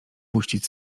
puścić